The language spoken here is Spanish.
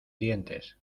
dientes